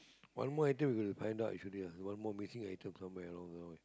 one more item we got to find out actually ah one more missing item somewhere along the way